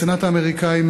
הסנאט האמריקני,